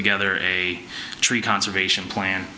together a tree conservation plan